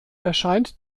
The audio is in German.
erscheint